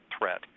threat